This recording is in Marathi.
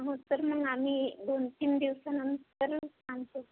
हो तरी मग आम्ही दोन तीन दिवसानंतर आमचं